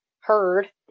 heard